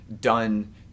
done